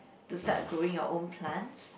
to start growing your own plants